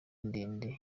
ndende